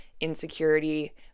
insecurity